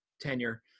tenure